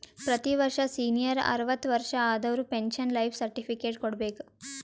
ಪ್ರತಿ ವರ್ಷ ಸೀನಿಯರ್ ಅರ್ವತ್ ವರ್ಷಾ ಆದವರು ಪೆನ್ಶನ್ ಲೈಫ್ ಸರ್ಟಿಫಿಕೇಟ್ ಕೊಡ್ಬೇಕ